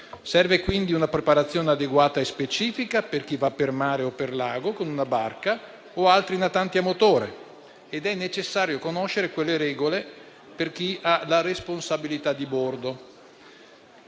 Serve quindi una preparazione adeguata e specifica per chi va per mare o per lago, con una barca o altri natanti a motore, ed è necessario conoscere le regole per chi ha la responsabilità di bordo.